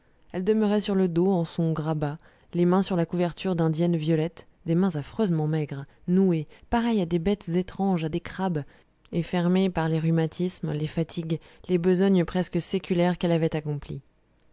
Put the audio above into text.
elle demeurait sur le dos en son grabat les mains sur la couverture d'indienne violette des mains affreusement maigres nouées pareilles à des bêtes étranges à des crabes et fermées par les rhumatismes les fatigues les besognes presque séculaires qu'elles avaient accomplies